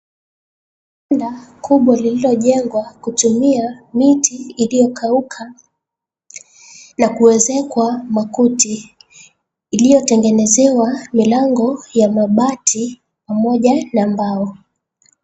Banda kubwa lililojengwa kutumia miti iliyokauka na kuezekwa makuti. Iliyotengenezewa milango ya mabati pamoja na mbao.